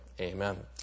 Amen